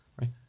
right